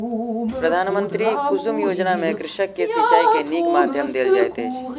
प्रधानमंत्री कुसुम योजना में कृषक के सिचाई के नीक माध्यम देल जाइत अछि